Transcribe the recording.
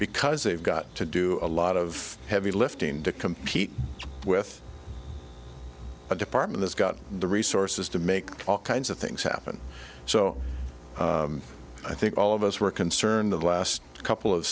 because they've got to do a lot of heavy lifting to compete with the department has got the resources to make all kinds of things happen so i think all of us were concerned the last couple of